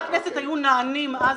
הכנסת היו נענים אז